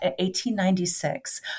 1896